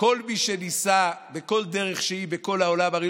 כל מי שניסה בכל דרך שהיא בכל העולם לא